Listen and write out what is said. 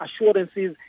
assurances